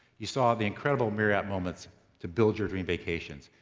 you saw the incredible marriott moments to build your dream vacations.